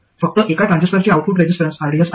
फक्त एका ट्रान्झिस्टरचे आउटपुट रेझिस्टन्स rds आहे